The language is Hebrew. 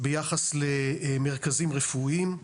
ביחס למרכזים רפואיים.